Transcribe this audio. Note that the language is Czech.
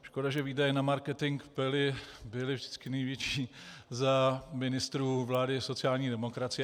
Škoda, že výdaje na marketing byly vždycky největší za ministrů vlády sociální demokracie.